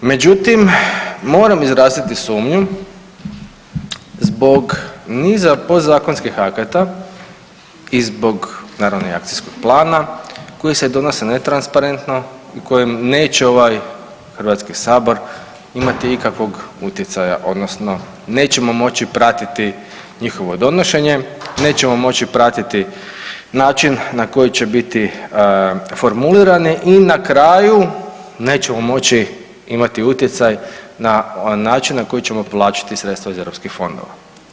Međutim, moram izraziti sumnju zbog niza podzakonskih akata i zbog naravno i akcijskog plana koji se donose netransparentno i kojem neće ovaj HS imati ikakvog utjecaja odnosno nećemo moći pratiti njihovo donošenje, nećemo moći pratiti način na koji će biti formulirani i na kraju nećemo moći imati utjecaj na način na koji ćemo povlačiti sredstva iz eu fondova.